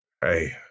Hey